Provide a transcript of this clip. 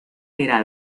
era